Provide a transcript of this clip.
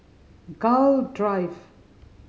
Gul Drive